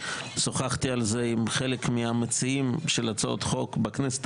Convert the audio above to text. שוחחתי על זה עם חלק מהמציעים של הצעות החוק בכנסת